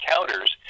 encounters